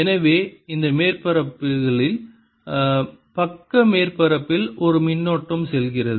எனவே இந்த மேற்பரப்புகளில் பக்க மேற்பரப்பில் ஒரு மின்னோட்டம் செல்கிறது